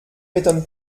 m’étonne